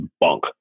bunk